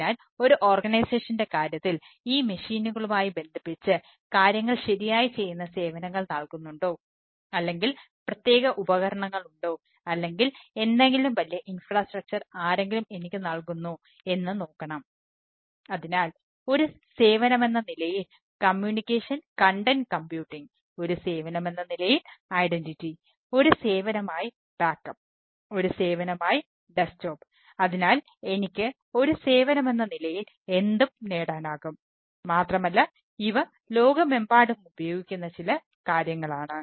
അതിനാൽ എനിക്ക് ഒരു സേവനമെന്ന നിലയിൽ എന്തും നേടാനാകും മാത്രമല്ല ഇവ ലോകമെമ്പാടും ഉപയോഗിക്കുന്ന ചില കാര്യങ്ങളാണ്